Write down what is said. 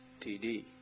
td